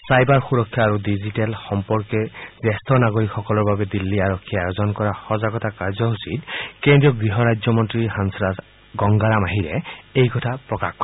cyber সুৰক্ষা আৰু digital সম্পৰ্কে জ্যেষ্ঠ নাগৰিকসকলৰ বাবে দিল্লী আৰক্ষীয়ে আয়োজন কৰা সজাগতা কাৰ্যসূচীত গহৰাজ্যমন্ত্ৰী হংসৰাজ গংগাৰাম আহিৰে এই কথা প্ৰকাশ কৰে